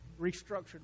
restructured